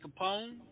Capone